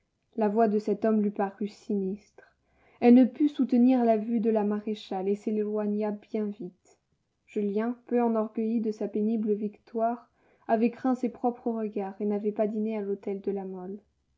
la voix de cet homme lui parut sinistre elle ne put soutenir la vue de la maréchale et s'éloigna bien vite julien peu enorgueilli de sa pénible victoire avait craint ses propres regards et n'avait pas dîné à l'hôtel de la mole